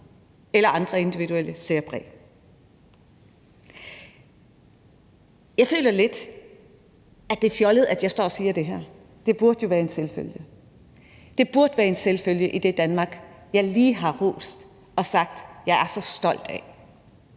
eller andre individuelle særpræg. Jeg føler lidt, at det er fjollet, at jeg står og siger det her. Det burde jo være en selvfølge. Det burde være en selvfølge i det Danmark, jeg lige har rost og sagt, at jeg er så stolt af.